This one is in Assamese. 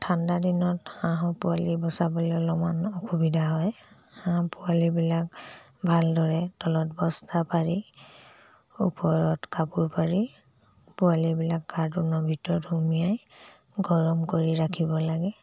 ঠাণ্ডা দিনত হাঁহ পোৱালি বচাবলৈ অলপমান অসুবিধা হয় হাঁহ পোৱালিবিলাক ভালদৰে তলত বস্তা পাৰি ওপৰত কাপোৰ পাৰি পোৱালিবিলাক কাৰ্টুনৰ ভিতৰত সুমোৱাই গৰম কৰি ৰাখিব লাগে